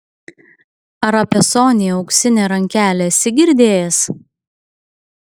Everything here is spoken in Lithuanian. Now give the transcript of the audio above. ar apie sonią auksinę rankelę esi girdėjęs